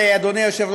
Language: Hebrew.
אדוני היושב-ראש,